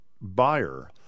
buyer